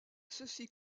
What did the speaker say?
ceci